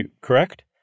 correct